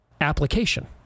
Application